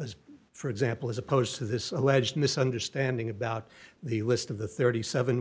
as for example as opposed to this alleged misunderstanding about the list of the thirty seven